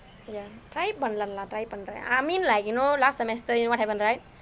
ya try பண்ணலாம்:pannalaam lah try பண்றேன்:pandren I mean like you know last semester you know what happen right